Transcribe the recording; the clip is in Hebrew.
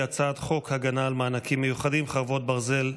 חוק הגנה על מענקים מיוחדים (חרבות ברזל),